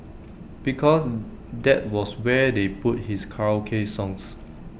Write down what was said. because that was where they put his karaoke songs